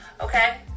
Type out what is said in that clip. Okay